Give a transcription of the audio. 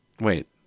Wait